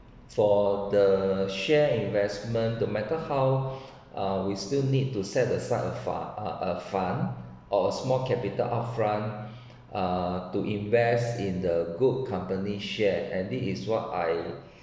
for the share investment no matter how uh we still need to set aside a fun~ a a fund or small capital upfront uh to invest in the good company share and this is what I